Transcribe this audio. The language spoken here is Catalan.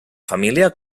família